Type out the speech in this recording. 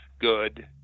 good